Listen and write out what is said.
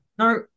No